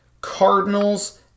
Cardinals